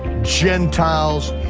gentiles,